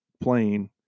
playing